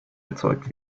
erzeugt